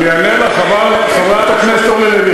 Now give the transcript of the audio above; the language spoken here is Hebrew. אני אענה לך, חברת הכנסת אורלי לוי.